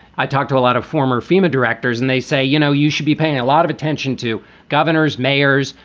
i talked to a lot of former fema directors and they say, you know, you should be paying a lot of attention to governors, mayors,